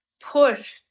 push